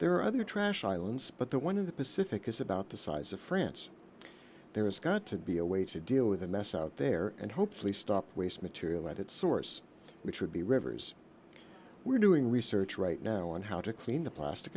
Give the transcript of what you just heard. there are other trash islands but the one of the pacific is about the size of france there's got to be a way to deal with the mess out there and hopefully stop waste material at its source which would be rivers were doing research right now on how to clean the plastic